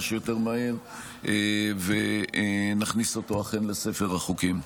שיותר מהר ואכן נכניס אותו לספר החוקים.